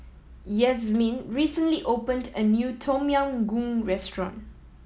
Yazmin recently opened a new Tom Yam Goong restaurant